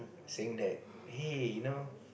saying that hey you know